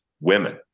women